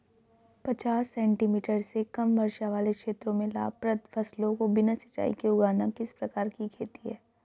पचास सेंटीमीटर से कम वर्षा वाले क्षेत्रों में लाभप्रद फसलों को बिना सिंचाई के उगाना किस प्रकार की खेती है?